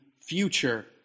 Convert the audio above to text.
future